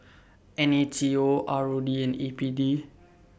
N A T O R O D and A P D